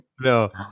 No